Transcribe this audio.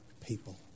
people